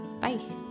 Bye